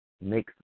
makes